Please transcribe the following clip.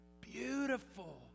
beautiful